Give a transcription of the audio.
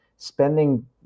Spending